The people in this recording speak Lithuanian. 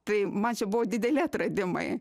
tai man čia buvo dideli atradimai